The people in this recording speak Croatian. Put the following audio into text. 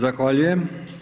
Zahvaljujem.